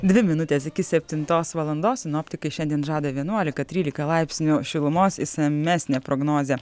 dvi minutės iki septintos valandos sinoptikai šiandien žada vienuolika trylika laipsnių šilumos išsamesnę prognozę